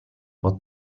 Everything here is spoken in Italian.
può